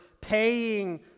paying